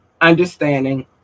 understanding